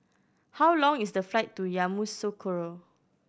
how long is the flight to Yamoussoukro